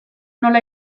nola